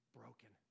broken